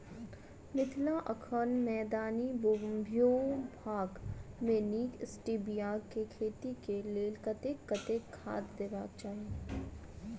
मिथिला एखन मैदानी भूभाग मे नीक स्टीबिया केँ खेती केँ लेल कतेक कतेक खाद देबाक चाहि?